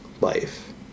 life